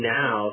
now